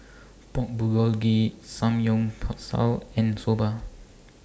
Pork Bulgogi Samgyeopsal and Soba